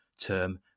term